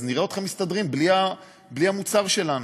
אז נראה אתכם מסתדרים בלי המוצר שלנו.